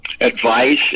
advice